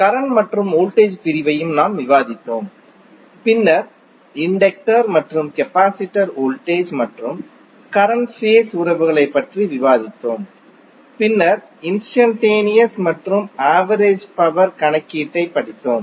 current மற்றும் voltage பிரிவையும் நாம் விவாதித்தோம் பின்னர் இண்டக்டர் மற்றும் கெபாசிடர் வோல்டேஜ் மற்றும் கரண்ட் ஃபேஸ் உறவுகளைப் பற்றி விவாதித்தோம் பின்னர் இன்ஸ்டன்டேனியஸ் மற்றும் ஆவரேஜ் பவர் கணக்கீட்டைப் படித்தோம்